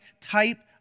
type